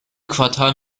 quartal